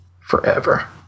forever